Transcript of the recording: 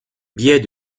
biais